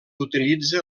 utilitza